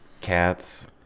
cats